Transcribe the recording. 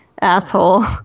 asshole